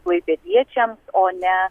klaipėdiečiam o ne